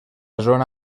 zona